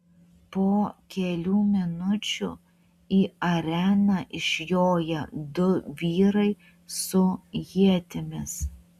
po kelių minučių į areną išjoja du vyrai su ietimis